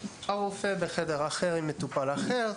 הרופא בחדר אחר עם מטופל אחר,